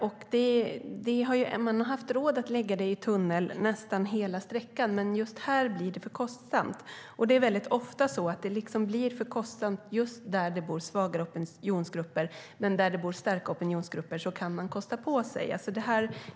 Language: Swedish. Man har haft råd att lägga vägen i tunnel nästan hela sträckan, men just här blir det för kostsamt. Det är ofta så att det blir för kostsamt just där det bor svagare opinionsgrupper, men där det bor starkare opinionsgrupper kan man kosta på sig.